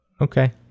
Okay